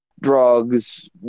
drugs